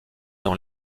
dans